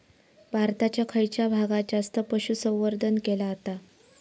भारताच्या खयच्या भागात जास्त पशुसंवर्धन केला जाता?